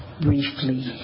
briefly